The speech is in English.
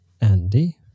Andy